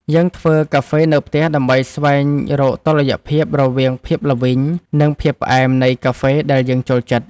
យើងធ្វើកាហ្វេនៅផ្ទះដើម្បីស្វែងរកតុល្យភាពរវាងភាពល្វីង និងភាពផ្អែមនៃកាហ្វេដែលយើងចូលចិត្ត។